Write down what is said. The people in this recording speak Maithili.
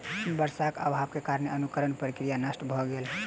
वर्षाक अभावक कारणेँ अंकुरण प्रक्रिया नष्ट भ गेल